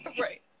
Right